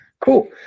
cool